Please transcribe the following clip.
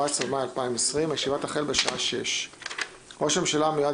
14 במאי 2020. הישיבה תחל בשעה 18:00. 2.ראש הממשלה המיועד